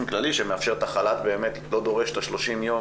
כללי מאפשר חל"ת ולא דורש את ה-30 יום,